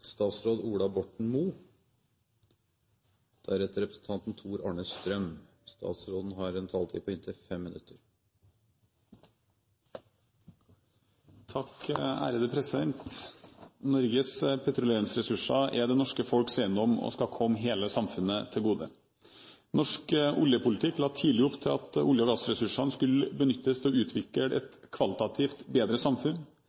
det norske folks eiendom og skal komme hele samfunnet til gode. Norsk oljepolitikk la tidlig opp til at olje- og gassressursene skulle benyttes til å utvikle et kvalitativt bedre samfunn.